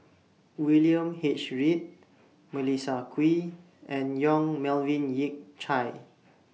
William H Read Melissa Kwee and Yong Melvin Yik Chye